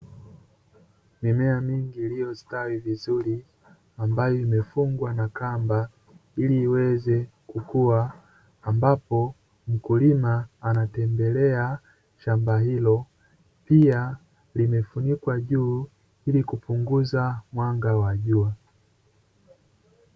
Mimea mingi iliostawi vizuri ambayo imefungwa na kamba ili iweze kukua ambapo mkulima anatembelea shamba hilo, pia limefunikwa juu ili kupunguza mwanga wa jua.